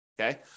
Okay